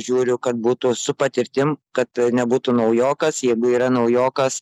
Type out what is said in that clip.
žiūriu kad būtų su patirtim kad nebūtų naujokas jeigu yra naujokas